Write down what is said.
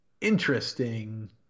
interesting